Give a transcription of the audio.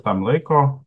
tam laiko